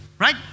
Right